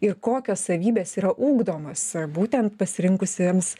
ir kokios savybės yra ugdomas būtent pasirinkusiems